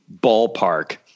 ballpark